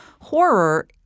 horror